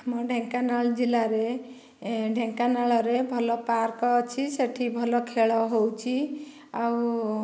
ଆମ ଢେଙ୍କାନାଳ ଜିଲ୍ଲାରେ ଢେଙ୍କାନାଳରେ ଭଲ ପାର୍କ ଅଛି ସେଇଠି ଭଲ ଖେଳ ହଉଛି ଆଉ